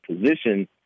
position